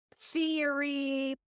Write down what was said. theory